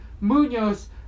Munoz